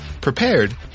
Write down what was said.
prepared